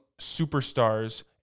superstars